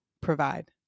provide